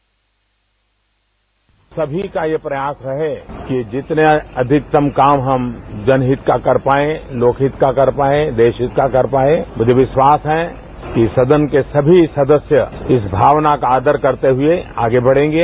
bite सभी का यह प्रयास रहे कि जितने अधिकतम काम हम जनहित का कर पाए लोकहित का कर पाए देशहित का कर पाए मुझे विश्वास है कि सदन के सभी सदस्य इस भावना का आदर करते हुए आगे बढेंगे